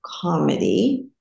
comedy